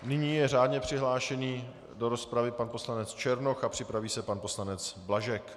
Nyní je řádně přihlášený do rozpravy pan poslanec Černoch a připraví se pan poslanec Blažek.